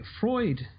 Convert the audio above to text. Freud